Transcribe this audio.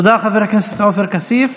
תודה, חבר הכנסת עופר כסיף.